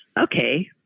Okay